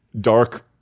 dark